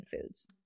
foods